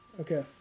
Okay